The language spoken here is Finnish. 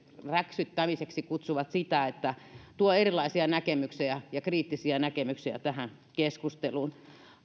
räksyttämiseksi kutsuvat sitä että tuo erilaisia näkemyksiä ja kriittisiä näkemyksiä tähän keskusteluun